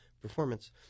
performance